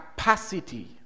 Capacity